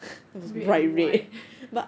red white